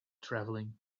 travelling